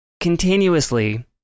continuously